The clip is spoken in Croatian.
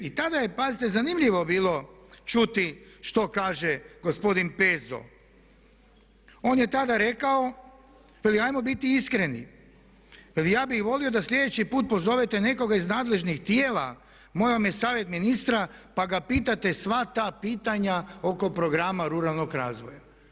I tada je, pazite, zanimljivo bilo čuti što kaže gospodin Pezo, on je tada rekao veli ajmo biti iskreni ja bih volio da sljedeći put pozovete nekoga iz nadležnih tijela moj vam je savjet ministra pa ga pitate sva ta pitanja oko Programa ruralnog razvoja.